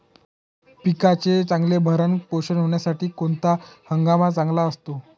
पिकाचे चांगले भरण पोषण होण्यासाठी कोणता हंगाम चांगला असतो?